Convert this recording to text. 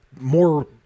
more